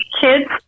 kids